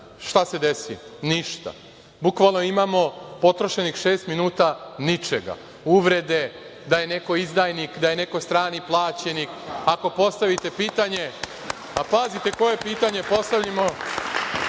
Šta se desi? Ništa. Bukvalno imamo potrošenih šest minuta ničega. Uvrede da je neko izdajnik, da je neko strani plaćenik. Ako postavite pitanje, pa pazite koje pitanje postavljamo.